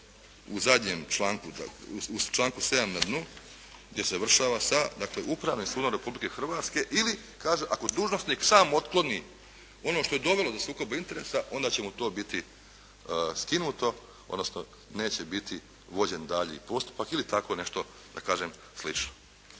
u zadnjem članku, u članku 7. na dnu gdje završava sa Upravnim sudom Republike Hrvatske ili ako dužnosnik sam otkloni ono što je dovelo do sukoba interesa, onda će mu to biti skinuto, odnosno neće biti vođen dalji postupak ili tako nešto slično.